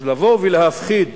אז לבוא ולהפחיד